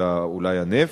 ואולי הנפט.